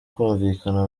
kumvikana